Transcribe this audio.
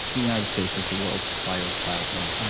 the united states is the world supplier of plasma.